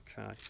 Okay